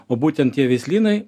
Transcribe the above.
o būtent tie veislynai